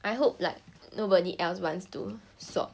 I hope like nobody else wants to swap